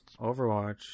Overwatch